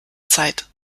zeit